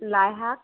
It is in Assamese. লাইশাক